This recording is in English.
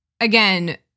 again